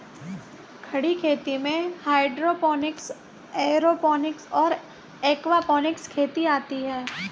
खड़ी खेती में हाइड्रोपोनिक्स, एयरोपोनिक्स और एक्वापोनिक्स खेती आती हैं